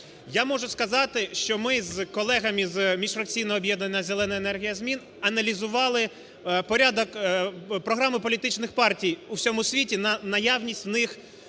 Я можу сказати, що ми з колегами з міжфракційного об'єднання "Зелена енергія змін" аналізували порядок програми політичних партій у всьому світі на наявність в них